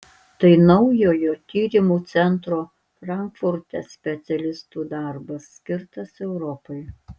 tai naujojo tyrimų centro frankfurte specialistų darbas skirtas europai